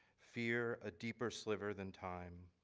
fear a deeper sliver than time